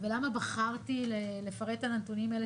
ולמה בחרתי לפרט על הנתונים האלה,